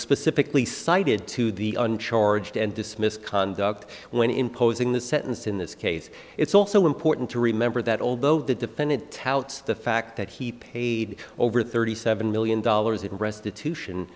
specifically cited to the charged and dismissed conduct when imposing the sentence in this case it's also important to remember that although the defendant touts the fact that he paid over thirty seven million dollars in restitution